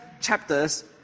chapters